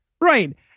right